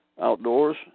outdoors